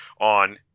on